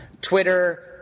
Twitter